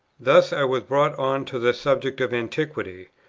thus i was brought on to the subject of antiquity,